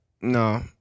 no